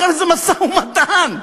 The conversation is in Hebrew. זה משא-ומתן.